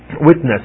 witness